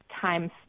time